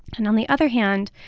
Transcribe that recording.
and on the other hand,